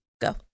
Go